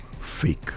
fake